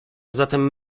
zatem